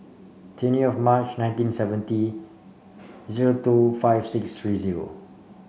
twenty of March nineteen seventy zero two five six three zero